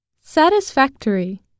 Satisfactory